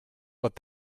what